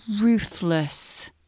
ruthless